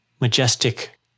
majestic